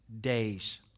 days